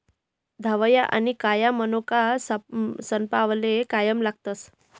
धवया आनी काया मनोका सनपावनले कायम लागतस